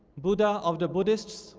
buddha of the buddhists